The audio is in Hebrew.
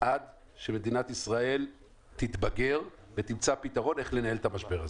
עד שמדינת ישראל תתבגר ותמצא פתרון איך לנהל את המשבר הזה.